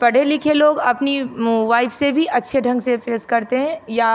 पढ़े लिखे लोग अपनी वाइफ़ से भी अच्छे ढंग से फेस करते हैं या